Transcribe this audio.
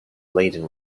laden